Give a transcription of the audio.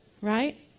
Right